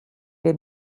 les